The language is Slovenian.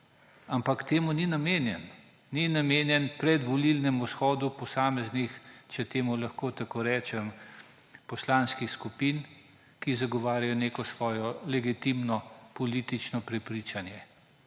ampak temu ni namenjen. Ni namenjen predvolilnemu shodu posameznih, če temu lahko tako rečem, poslanskih skupin, ki zagovarjajo neko svojo legitimno politično prepričanje.